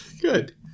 good